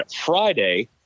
Friday